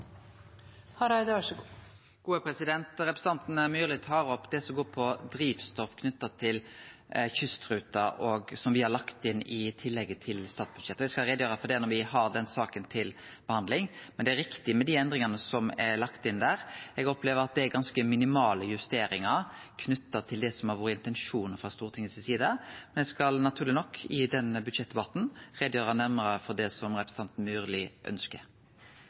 som handlar om drivstoff knytt til kystruta, som me har lagt inn i tillegget til statsbudsjettet. Eg skal gjere greie for det når vi har den saka til behandling, men det er riktig at når det gjeld dei endringane som er lagde inn der, opplever eg at det er ganske minimale justeringar knytte til det som har vore intensjonen frå Stortingets side. Så eg skal naturleg nok, i den budsjettdebatten, gjere nærmare greie for det som representanten Myrli